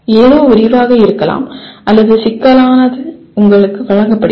ஏதோ விரிவாக இருக்கலாம் அல்லது சிக்கலானது உங்களுக்கு வழங்கப்படுகிறது